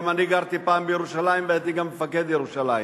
גם אני גרתי פעם בירושלים והייתי גם מפקד משטרת ירושלים.